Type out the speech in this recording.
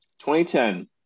2010